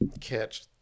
catch